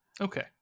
Okay